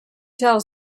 tells